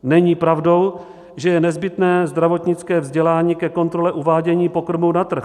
Není pravdou, že je nezbytné zdravotnické vzdělání ke kontrole uvádění pokrmů na trh.